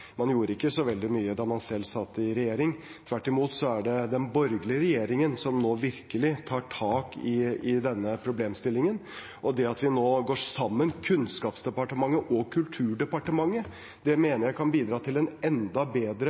Man gjorde ikke så veldig mye da man selv satt i regjering. Tvert imot er det den borgerlige regjeringen som nå virkelig tar tak i denne problemstillingen. Det at vi nå går sammen, Kunnskapsdepartementet og Kulturdepartementet, mener jeg kan bidra til en enda bedre